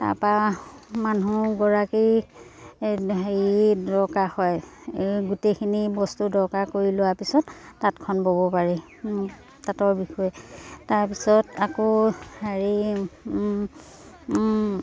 তাৰপৰা মানুহগৰাকী এই হেৰি দৰকাৰ হয় এই গোটেইখিনি বস্তু দৰকাৰ কৰি লোৱাৰ পিছত তাঁতখন ব'ব পাৰি তাঁতৰ বিষয়ে তাৰপিছত আকৌ হেৰি